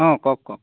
অঁ কওক কওক